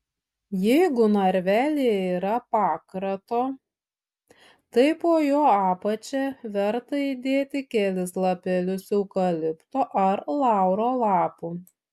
jeigu narvelyje yra pakrato tai po jo apačia verta įdėti kelis lapelius eukalipto ar lauro lapų